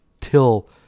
till